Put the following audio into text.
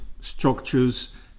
structures